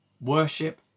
worship